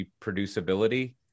reproducibility